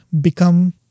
become